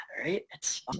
right